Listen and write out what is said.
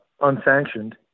unsanctioned